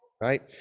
right